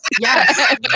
yes